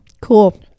cool